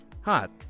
Hot